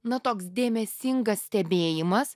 na toks dėmesingas stebėjimas